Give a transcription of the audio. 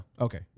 Okay